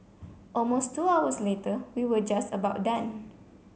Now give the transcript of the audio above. almost two hours later we were just about done